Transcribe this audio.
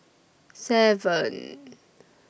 seven